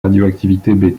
radioactivité